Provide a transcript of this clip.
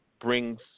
brings